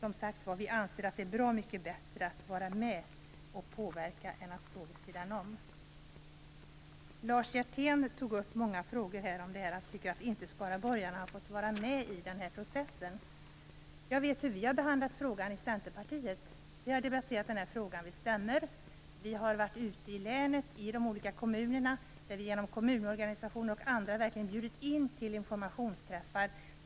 Vi anser, som sagt, att det är bra mycket bättre att vara med och påverka än att stå vid sidan av. Lars Hjertén tog upp många frågor om att skaraborgarna inte fått vara med i processen. Vi i Centerpartiet har i alla fall debatterat frågan vid stämmor. Vi har varit ute i länets olika kommuner. Genom kommunorganisationer exempelvis har vi bjudit in till informationsträffar.